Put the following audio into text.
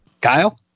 Kyle